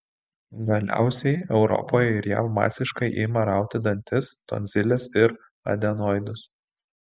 galiausiai europoje ir jav masiškai imta rauti dantis tonziles ir adenoidus